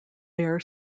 bear